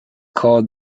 called